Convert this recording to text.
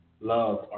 love